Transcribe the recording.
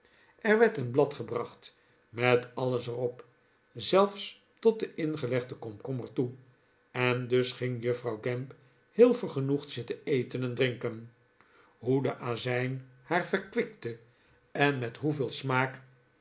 er werd een blad gebracht met alles er op zelfs tot den ingelegden komkommer toe en dus ging juffrouw gamp heel vergenoegd zitten eten en drinken hoe de azijn haar verkwikte en met hoeveel smaak